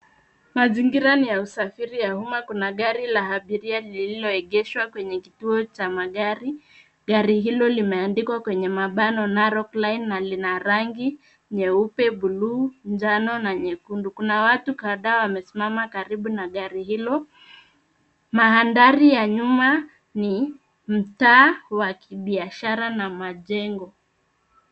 Mazingira ni ya usafiri wa uma kuna gari la abiria lililoegeshwa kwenye kituo cha magari, gari hilo limeandikwa kwenye mabano Narok Line na lina rangi; nyeupe, buluu, jano na nyekundu kuna watu kadhaa wamesimama karibu na gari hilo. Mandhari ya nyuma ni mtaa wa kibiashara na majengo.